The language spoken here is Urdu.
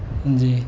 جی